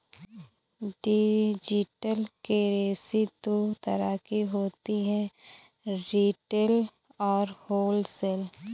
digital currency दो तरह की होती है रिटेल और होलसेल